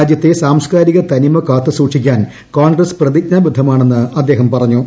രാജ്യത്തെ സാംസ്കാരിക തനിമ കാത്തുസൂക്ഷിക്കാൻ കോൺഗ്രസ് പ്രതിജ്ഞാബദ്ധമാണെന്ന് അദ്ദേഹം പറഞ്ഞു